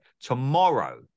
tomorrow